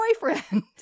boyfriend